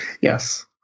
Yes